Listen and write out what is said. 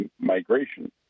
migration